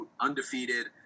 undefeated